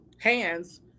hands